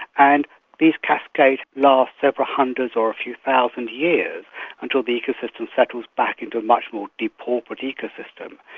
and these cascades last several hundreds or a few thousand years until the ecosystem settles back into a much more depauperate ecosystem.